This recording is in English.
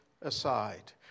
aside